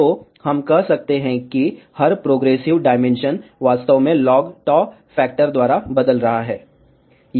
तो हम कह सकते हैं कि हर प्रोग्रेसिव डायमेंशन वास्तव में log फैक्टर द्वारा बदल रहा है